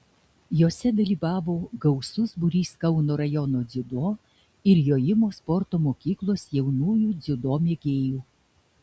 jose dalyvavo gausus būrys kauno rajono dziudo ir jojimo sporto mokyklos jaunųjų dziudo mėgėjų